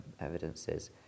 evidences